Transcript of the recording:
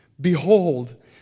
Behold